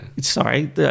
Sorry